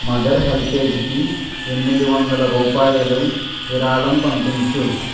mother హెల్పేజ్కి ఎనిమిది వందల రూపాయలు విరాళం పంపించు